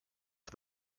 for